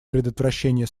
предотвращения